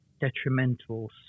Detrimental